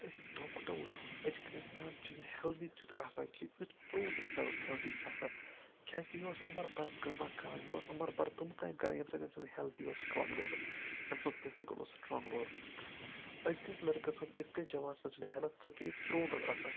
اَگر ٲس دۄہ کھۄتہٕ دۄہ وٕچھو اَزُک اِنسان چھُنہٕ ہٮ۪لدی تِیُتھ آسان کینٛہہ یُتھ پرون انسان اوس ہٮ۪لدی آسان کیازِ کہِ یہِ اوس عمر بر کٲما کران یہِ اوس عُمر بر تِم کامہِ کران ییٚمہِ سۭتۍ أمۍ سنز ہٮ۪لدی اوس سٹرانگ روزان أمۍ سُنٛد فِزِکل اوس سٹرانگ روزان أزۍ کِس لڑکس أزۍ کِس جوانس چھنہٕ ہیٚلٕتھ سُہ کینٛہہ اِتھ کٔنۍ پرون اوس آسان